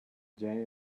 jenny